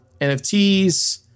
NFTs